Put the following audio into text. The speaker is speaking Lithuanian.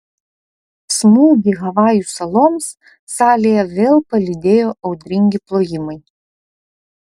smūgį havajų saloms salėje vėl palydėjo audringi plojimai